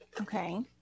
Okay